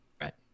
right